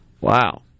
Wow